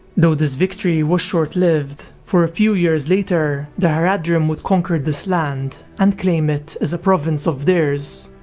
though this victory was shortlived, for a few years later, the haradrim would conquer this land and claim it as a province of theirs.